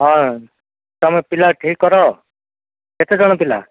ହଁ ତୁମେ ପିଲା ଠିକ କର କେତେଜଣ ପିଲା